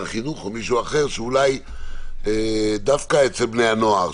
החינוך או מישהו אחר אולי דווקא אצל בני הנוער,